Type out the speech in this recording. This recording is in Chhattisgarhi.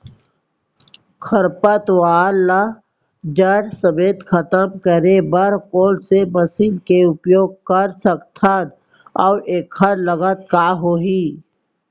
खरपतवार ला जड़ समेत खतम करे बर कोन से मशीन के उपयोग कर सकत हन अऊ एखर लागत का होही?